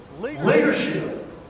leadership